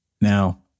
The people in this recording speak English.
Now